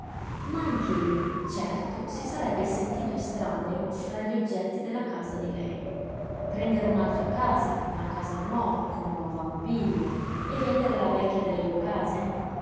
animati ma anch'egli certo si sarebbe sentito estraneo fra gli oggetti della casa di lei prendere un'altra casa una casa nuova con nuova mobilia e vendere la vecchia delle due case